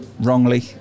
wrongly